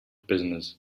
business